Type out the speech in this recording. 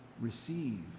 receive